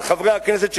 על חברי הכנסת,